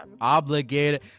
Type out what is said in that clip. Obligated